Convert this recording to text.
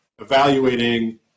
evaluating